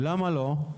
למה לא?